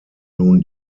nun